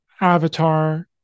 avatar